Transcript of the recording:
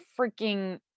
freaking